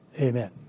Amen